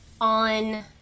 on